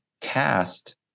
Cast